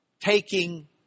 taking